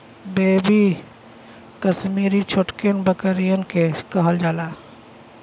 baby Kashmiri छोटकिन बकरियन के कहल जाला